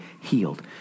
healed